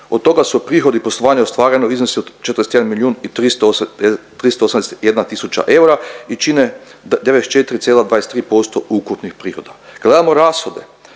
Od toga su prihodi poslovanja ostvareni u iznosu od 41 milijun 381 tisuća eura i čini 94,23% ukupnih prihoda. Kad gledamo rashode